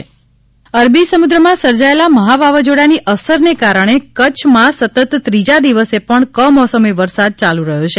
વરસાદ અરબી સમુદ્રમાં સર્જાયેલા મહાવાવાઝોડાની અસરને કારણે કચ્છમાં સતત ત્રીજા દિવસે પણ કમોસમી વરસાદ ચાલુ રહ્યો છે